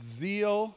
zeal